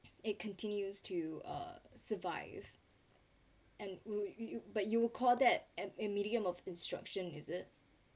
it continues to uh survive and wou~ you you but you would call that a medium of instruction is it